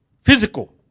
Physical